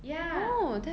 ya